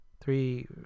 three